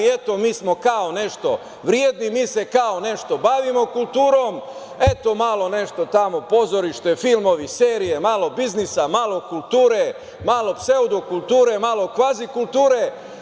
Eto, mi smo kao nešto vredni, mi se kao nešto bavimo kulturom, eto, malo nešto tamo, pozorište, filmovi, serije, malo biznisa, malo kulture, malo pseudo kulture, malo kvazi kulture.